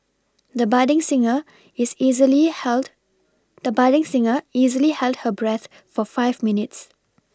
the budding singer is easily held the budding singer easily held her breath for five minutes